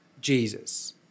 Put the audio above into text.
Jesus